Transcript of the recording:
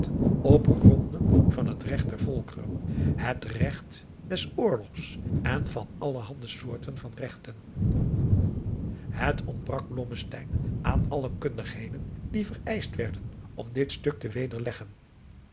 op gronden van het regt der volkeren het regt des oorlogs en van allerhande soorten van regten het ontbrak blommesteyn aan alle kundigheden die vereischt werden om dit stuk te wederleggen